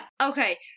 okay